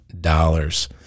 dollars